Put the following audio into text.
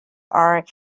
are